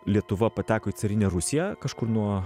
lietuva pateko į carinę rusiją kažkur nuo